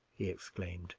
he exclaimed,